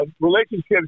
relationships